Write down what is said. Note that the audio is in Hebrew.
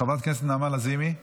חברת הכנסת נעמה לזימי.